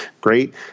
great